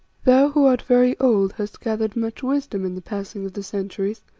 thou who art very old, hast gathered much wisdom in the passing of the centuries,